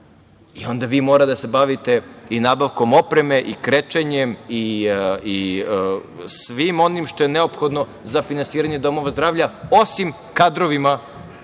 i onda vi morate da se bavite i nabavkom opreme i krečenjem i svim onim što je neophodno za finansiranje domova zdravlja, osim kadrovima,